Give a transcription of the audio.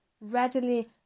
readily